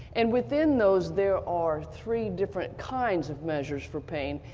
and within those, there are three different kinds of measures for pain.